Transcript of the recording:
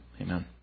amen